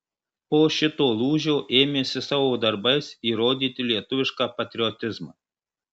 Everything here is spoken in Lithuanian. po šito lūžio ėmėsi savo darbais įrodyti lietuvišką patriotizmą